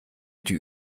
die